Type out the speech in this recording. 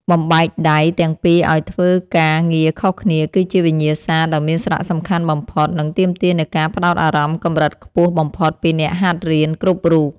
បំបែកដៃទាំងពីរឱ្យធ្វើការងារខុសគ្នាគឺជាវិញ្ញាសាដ៏មានសារៈសំខាន់បំផុត និងទាមទារនូវការផ្ដោតអារម្មណ៍កម្រិតខ្ពស់បំផុតពីអ្នកហាត់រៀនគ្រប់រូប។